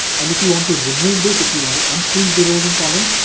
and if you want to remove this, if you want to unfreeze the rows and columns,